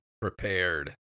prepared